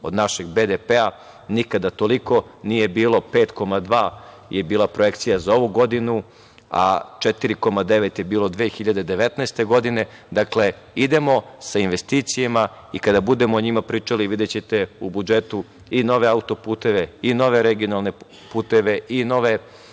od našeg BDP. Nikada toliko nije bilo, 5,2% je bila projekcija za ovu godinu, a 4,9% je bilo 2019. godine. Dakle, idemo sa investicijama i kada budemo o njima pričali, videćete u budžetu i nove autoputeve i nove regionalne pute i puteve